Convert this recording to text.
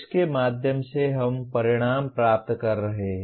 उसके माध्यम से हम परिणाम प्राप्त कर रहे हैं